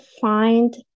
find